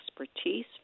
expertise